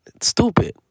Stupid